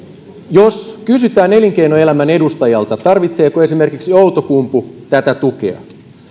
jos kysytään elinkeinoelämän edustajalta tarvitseeko esimerkiksi outokumpu tätä tukea niin